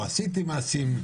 או עשיתי מעשים,